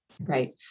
Right